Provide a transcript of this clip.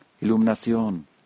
Iluminación